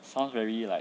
sounds very like